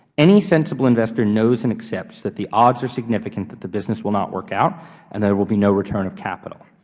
any sensible investor knows and accepts that the odds are significant that the business will not work out and there will be no return of capital.